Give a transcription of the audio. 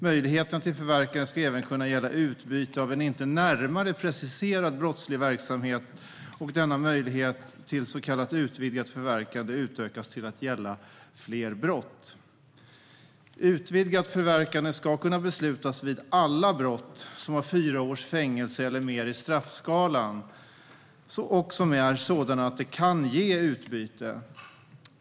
Möjligheterna till förverkande ska även kunna gälla utbyte av en inte närmare preciserad brottslig verksamhet, och denna möjlighet till så kallat utvidgat förverkande utökas till att gälla fler brott. Utvidgat förverkande ska kunna beslutas vid alla brott som har fyra års fängelse eller mer i straffskalan och som är sådana att de kan ge utbyte.